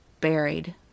buried